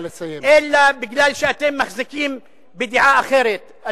אלא בגלל שאתם מחזיקים בדעה אחרת,